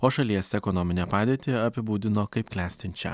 o šalies ekonominę padėtį apibūdino kaip klestinčią